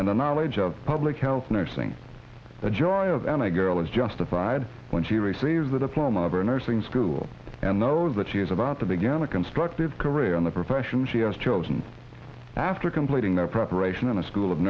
and the knowledge of public health nursing the joy of an a girl is justified when she receives a diploma or nursing school and knows that she is about to begin a constructive career in the profession she has chosen after completing their preparation in a school of